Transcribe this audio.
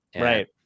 right